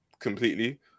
completely